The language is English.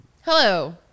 Hello